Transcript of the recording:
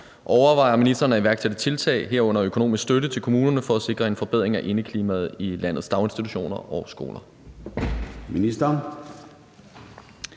overvejer ministeren at iværksætte tiltag eller økonomisk støtte til kommunerne for at sikre en forbedring af indeklimaet i landets daginstitutioner og skoler?